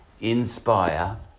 inspire